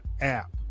app